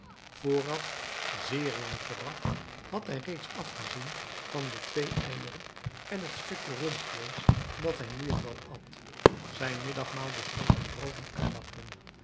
vooraf zeer lang vooraf had hij reeds afgezien van de twee eieren en het stukje rundvleesch dat hij nu en dan at zijn middagmaal bestond uit brood en aardappelen